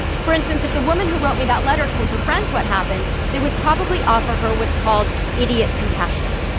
for instance, if the woman who wrote me that letter told her friends what happened, they would probably offer her what's called idiot compassion.